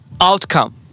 outcome